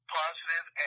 positive